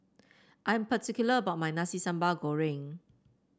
I am particular about my Nasi Sambal Goreng